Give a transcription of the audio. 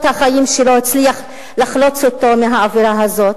החיים שלו הצליח לחלץ אותו מהאווירה הזאת?